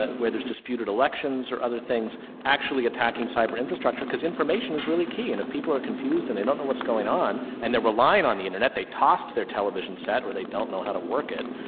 ah whether it's disputed elections or other things actually attacking cyber infrastructure because information is really key and if people are confused and they don't know what's going on and they're relying on the internet, they tossed their television set or they don't know how to work it,